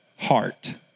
heart